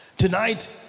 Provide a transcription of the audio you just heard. Tonight